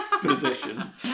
position